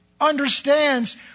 understands